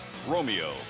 romeo